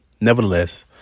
Nevertheless